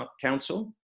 Council